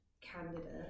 candidate